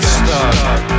stuck